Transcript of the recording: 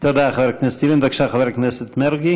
תודה, חבר הכנסת ילין.